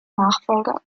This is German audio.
nachfolger